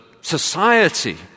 society